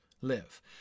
live